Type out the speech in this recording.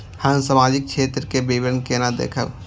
हम सामाजिक क्षेत्र के विवरण केना देखब?